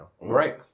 Right